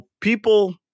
people